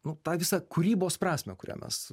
nu tą visą kūrybos prasmę kurią mes